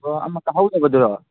ꯑꯣ ꯑꯃ ꯇꯥꯍꯧꯗꯕꯗꯨꯔꯣ